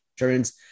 insurance